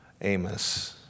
Amos